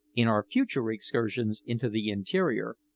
in our future excursions into the interior,